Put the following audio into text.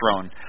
throne